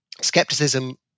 skepticism